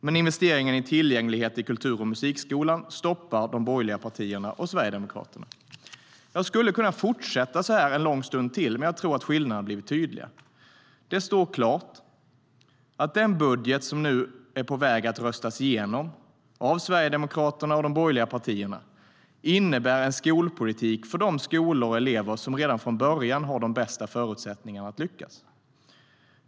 Men investeringen i kultur och musikskolans tillgänglighet stoppar de borgerliga partierna och Sverigedemokraterna.Det står klart att den budget som nu är på väg att röstas igenom av Sverigedemokraterna och de borgerliga partierna innebär en skolpolitik för de skolor och elever som redan från början har de bästa förutsättningarna att lyckas.